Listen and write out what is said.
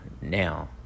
now